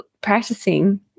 practicing